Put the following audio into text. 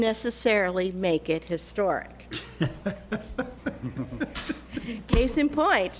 necessarily make it historic case in point